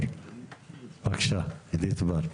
בבקשה אידית בר.